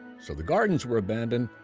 so the gardens were abandoned,